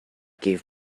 gave